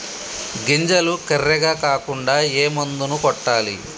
గింజలు కర్రెగ కాకుండా ఏ మందును కొట్టాలి?